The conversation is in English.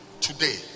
Today